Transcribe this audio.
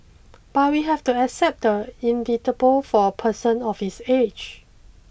but we have to accept the inevitable for a person of his age